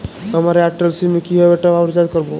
আমার এয়ারটেল সিম এ কিভাবে টপ আপ রিচার্জ করবো?